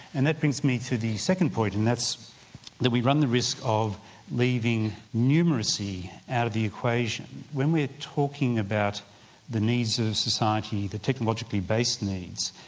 and that brings me to the second point and that's that we run the risk of leaving numeracy out of the equation. when we're talking about the needs of society, the technologically based needs,